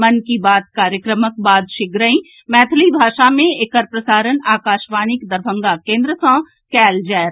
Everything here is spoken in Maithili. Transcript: मन की बात कार्यक्रमक बाद शीघ्रहि मैथिली भाषा मे एकर प्रसारण आकाशवाणीक दरभंगा केन्द्र सँ कयल जायत